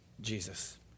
Jesus